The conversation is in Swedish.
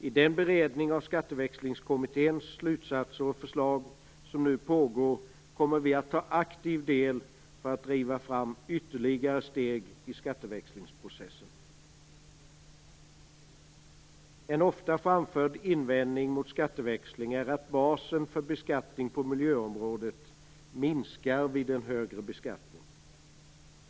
I den beredning av skatteväxlingskommitténs slutsatser och förslag som nu pågår kommer vi att ta aktiv del för att driva fram ytterligare steg i skatteväxlingsprocessen. En ofta framförd invändning mot skatteväxling är att basen för beskattning på miljöområdet minskar vid en högre beskattning.